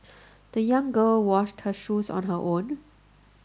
the young girl washed her shoes on her own